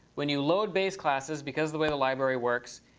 when you load base classes because the way the library works,